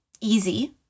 easy